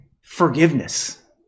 forgiveness